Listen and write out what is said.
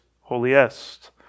holiest